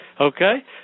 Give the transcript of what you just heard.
Okay